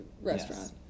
restaurant